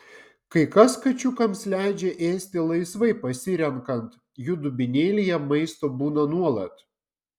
kai kas kačiukams leidžia ėsti laisvai pasirenkant jų dubenėlyje maisto būna nuolat